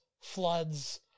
floods